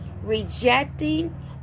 rejecting